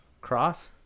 Cross